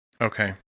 Okay